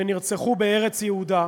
ונרצחו בארץ יהודה,